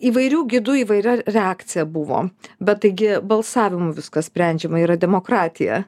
įvairių gidų įvairi reakcija buvo bet taigi balsavimu viskas sprendžiama yra demokratija